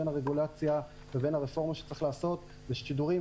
בין הרגולציה לבין הרפורמה שצריך לעשות לשידורים,